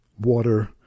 water